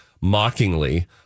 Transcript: mockingly